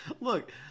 Look